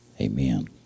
Amen